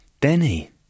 Denny